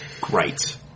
great